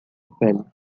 pele